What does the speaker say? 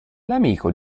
amico